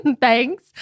Thanks